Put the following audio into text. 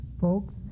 folks